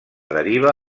deriva